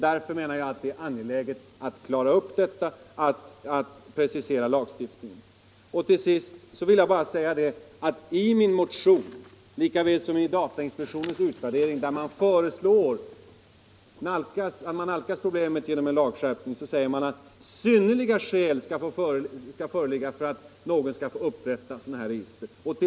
Därför menar jag att det är angeläget att precisera lagstiftningen. I min motion — liksom i datainspektionens utvärdering, där det föreslås att man nalkas problemet genom en lagskärpning — sägs att synnerliga skäl skall föreligga för att man skall få upprätta sådana här register.